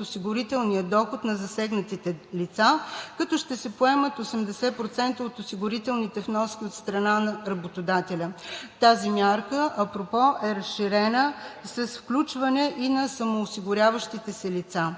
осигурителния доход на засегнатите лица, като ще се поемат 80% от осигурителните вноски от страна на работодателя. Тази мярка апропо е разширена с включване на самоосигуряващите се лица,